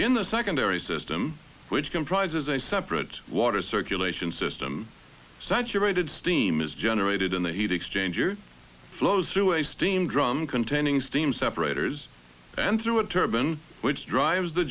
in the secondary system which comprises a separate water circulation system saturated steam is generated in the heat exchanger flows through a steam drum containing steam separators and through a turban which drives the